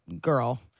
girl